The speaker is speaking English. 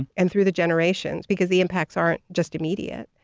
and through the generations, because the impacts aren't just immediate,